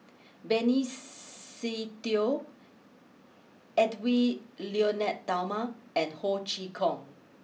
Benny Se Teo Edwy Lyonet Talma and Ho Chee Kong